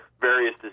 various